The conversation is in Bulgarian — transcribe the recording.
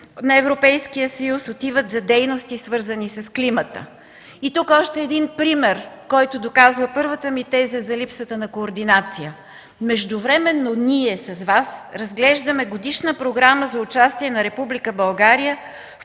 на Европейския съюз отиват за дейности, свързани с климата. Има още един пример, който доказва първата ми теза за липсата на координация. Междувременно ние с Вас разглеждаме Годишна програма за участие на